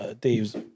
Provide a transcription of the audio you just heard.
Dave's